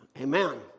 Amen